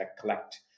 collect